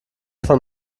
von